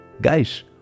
guys